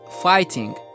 fighting